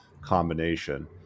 combination